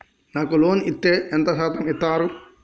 నాకు లోన్ ఇత్తే ఎంత శాతం ఇత్తరు?